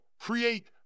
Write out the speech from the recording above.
create